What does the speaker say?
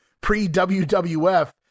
pre-wwf